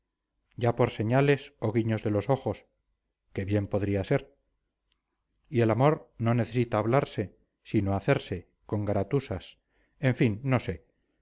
ya por señales o guiños de los ojos que bien podía ser y el amor no necesita hablarse sino hacerse con garatusas en fin no sé